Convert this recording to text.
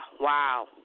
wow